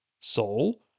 Soul